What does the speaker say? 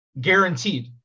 Guaranteed